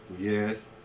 Yes